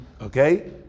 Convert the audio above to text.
okay